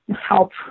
help